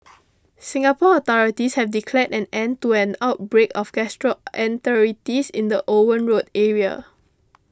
Singapore authorities have declared an end to an outbreak of gastroenteritis in the Owen Road area